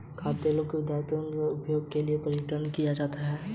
खाद्य तेलों को ज्यादातर उनके उपभोग से पहले परिष्कृत किया जाता है